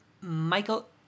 Michael